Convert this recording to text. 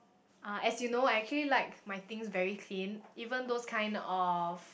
uh as you know I actually like my things very clean even those kind of